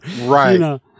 Right